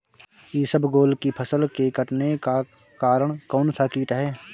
इसबगोल की फसल के कटने का कारण कौनसा कीट है?